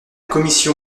commission